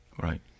Right